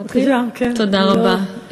היושבת-ראש, תודה רבה,